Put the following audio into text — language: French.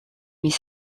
mais